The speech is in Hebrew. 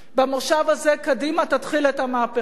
במושב הזה קדימה תתחיל את המהפכה.